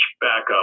backup